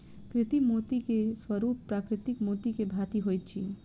कृत्रिम मोती के स्वरूप प्राकृतिक मोती के भांति होइत अछि